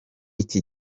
iki